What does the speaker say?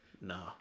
No